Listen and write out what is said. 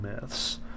myths